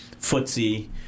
footsie